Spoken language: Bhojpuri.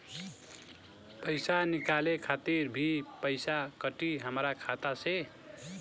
पईसा निकाले खातिर भी पईसा कटी हमरा खाता से?